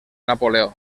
napoleó